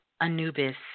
Anubis